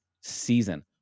season